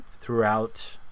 throughout